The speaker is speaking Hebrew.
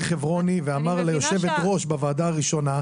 חברוני ואמר ליושבת הראש בוועדה הראשונה,